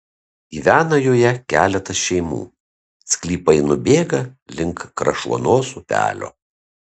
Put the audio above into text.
gyvena joje keletas šeimų sklypai nubėga link krašuonos upelio